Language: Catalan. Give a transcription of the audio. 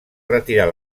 retirar